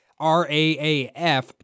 RAAF